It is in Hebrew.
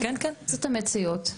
זאת המציאות,